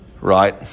Right